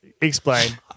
Explain